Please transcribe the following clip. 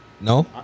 No